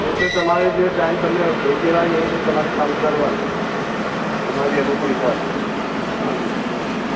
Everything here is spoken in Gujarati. એ તો તમારે જે ટાઈમ તમને યોગ્ય લાગે તે રીતે તમારે કામ કરવાનું તમારી અનુકૂળ હિસાબે હાજી હાજી